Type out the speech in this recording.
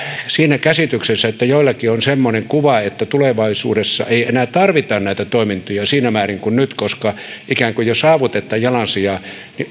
siinä käsityksessä että joillakin on semmoinen kuva että tulevaisuudessa ei enää tarvita näitä toimintoja siinä määrin kuin nyt koska ikään kuin jo saavutetaan jalansijaa